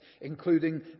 including